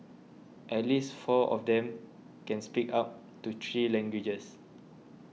at least four of them can speak up to three languages